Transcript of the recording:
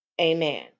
Amen